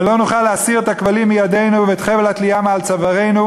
ולא נוכל להסיר את הכבלים מידינו ואת חבל התלייה מעל צווארינו,